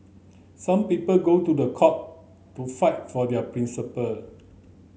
some people go to the court to fight for their principle